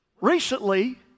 recently